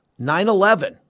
9-11